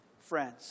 friends